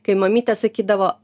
kai mamytė sakydavo